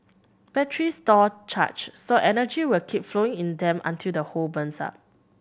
batteries store charge so energy will keep flowing in them until the whole burns up